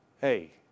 Hey